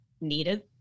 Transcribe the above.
needed